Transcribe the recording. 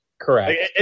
Correct